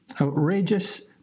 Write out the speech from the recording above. outrageous